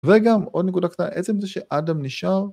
וגם עוד נקודה קטנה, עצם זה שאדם נשאר ...